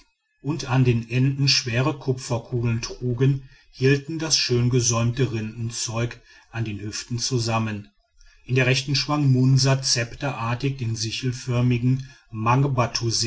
und an den enden schwere kupferkugeln trugen hielten das schöngesäumte rindenzeug an den hüften zusammen in der rechten schwang munsa zepterartig den sichelförmigen